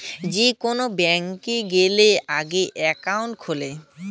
যে কোন ব্যাংকে গ্যালে আগে একাউন্ট খুলে